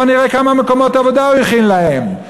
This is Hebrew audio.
בואו נראה כמה מקומות עבודה הוא הכין להם.